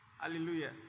Hallelujah